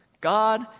God